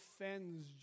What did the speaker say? defends